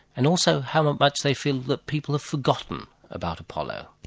and also how much they feel that people have forgotten about apollo.